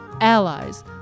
allies